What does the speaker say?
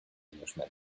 englishman